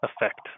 effect